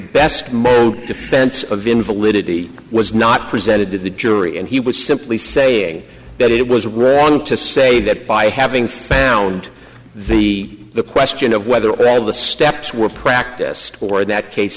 best most defense of invalidity was not presented to the jury and he was simply saying that it was wrong to say that by having found the the question of whether all of the steps were practiced or in that case